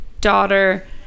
daughter